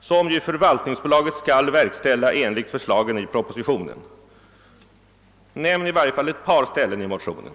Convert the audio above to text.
som ju förvaltningsbolaget skall verkställa enligt förslagen i propositionen. Nämn i varje fall ett par ställen i motionen!